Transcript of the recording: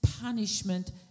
punishment